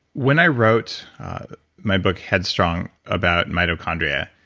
when i wrote my book, head strong, about mitochondria.